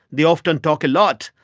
they often talk a lot,